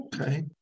Okay